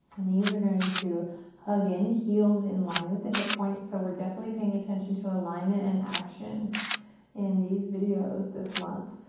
and these are going to hug in, heels in line with the hip points. so we're definitely paying attention to alignment in and action in these videos this month.